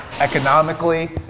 economically